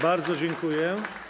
Bardzo dziękuję.